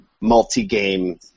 multi-game